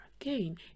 again